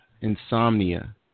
insomnia